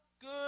good